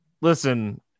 Listen